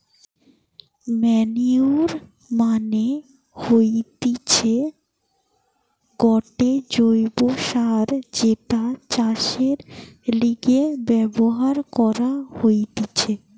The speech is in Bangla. ম্যানইউর মানে হতিছে গটে জৈব্য সার যেটা চাষের লিগে ব্যবহার করা হতিছে